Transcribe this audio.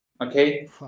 Okay